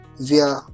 via